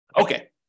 Okay